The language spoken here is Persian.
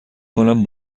کنم